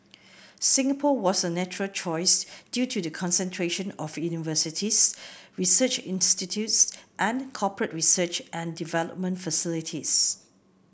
Singapore was a natural choice due to the concentration of universities research institutes and corporate research and development facilities